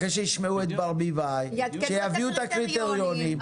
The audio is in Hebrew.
אחרי שישמעו את ברביבאי שיביאו את הקריטריונים,